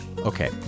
Okay